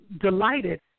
delighted